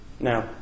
now